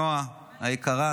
נועה היקרה,